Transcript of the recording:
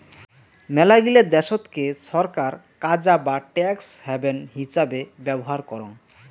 মেলাগিলা দেশতকে ছরকার কাজা বা ট্যাক্স হ্যাভেন হিচাবে ব্যবহার করং